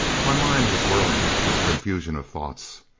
my mind was whirling with a confusion of thoughts.